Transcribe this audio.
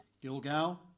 Gilgal